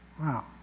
Wow